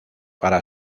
para